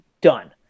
done